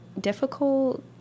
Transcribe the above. difficult